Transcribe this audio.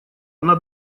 она